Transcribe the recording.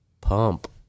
pump